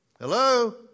Hello